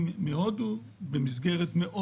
מגיעים במסגרת מאוד